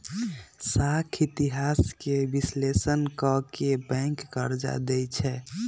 साख इतिहास के विश्लेषण क के बैंक कर्जा देँई छै